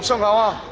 so of our